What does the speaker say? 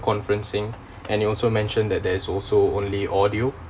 conferencing and he also mentioned that there is also only audio